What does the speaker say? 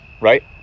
right